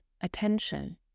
attention